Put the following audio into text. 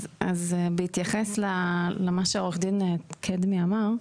אז בהתייחס למה שעורך דין קדמי אמר,